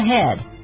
ahead